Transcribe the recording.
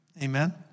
Amen